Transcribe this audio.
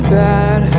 bad